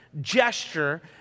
gesture